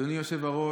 אדוני היושב-ראש.